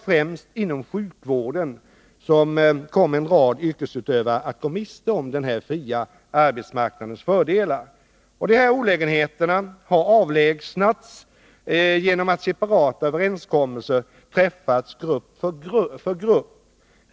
Främst inom sjukvården kom en rad yrkesutövare att gå miste om den fria arbetsmarknadens fördelar. Dessa olägenheter har avlägsnats genom att separata överenskommelser träffats grupp för grupp.